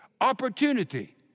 Opportunity